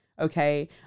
okay